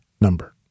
number